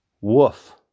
Woof